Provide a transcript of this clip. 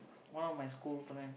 one of my school friend